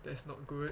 that's not good